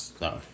no